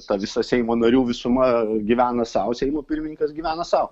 ta visa seimo narių visuma gyvena sau seimo pirmininkas gyvena sau